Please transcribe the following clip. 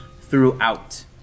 throughout